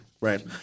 right